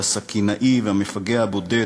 והסכינאי והמפגע הבודד,